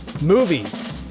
Movies